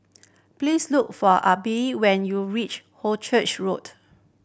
please look for Abe when you reach Hornchurch Road